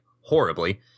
horribly